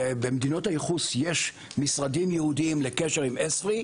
במדינות הייחוס יש משרדים ייעודים לקשר עם ESFRI,